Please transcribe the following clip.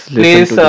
please